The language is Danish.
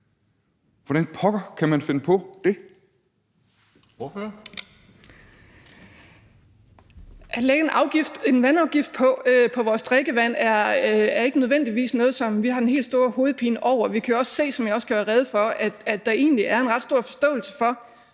Kl. 11:11 Kathrine Olldag (RV): At lægge en vandafgift på vores drikkevand er ikke nødvendigvis noget, som vi har den helt store hovedpine over. Vi kan jo også se, som jeg også gjorde rede for, at der blandt danskerne generelt egentlig er en ret stor forståelse for,